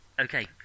Okay